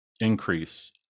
increase